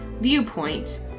viewpoint